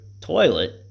toilet